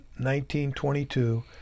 1922